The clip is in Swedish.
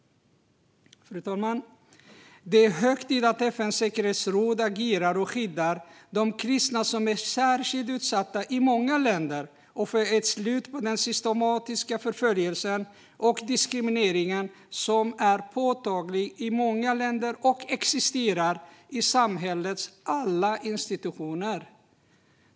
Det är hög tid att FN:s säkerhetsråd agerar för att skydda de kristna, som är särskilt utsatta i många länder, och få ett slut på den systematiska förföljelsen och diskrimineringen, som är påtaglig i många länder och som existerar i samhällets alla institutioner.